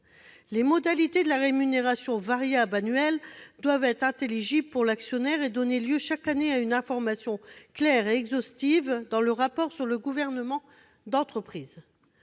Les modalités de la rémunération variable annuelle doivent être intelligibles pour l'actionnaire et donner lieu chaque année à une information claire et exhaustive dans le rapport sur le gouvernement d'entreprise.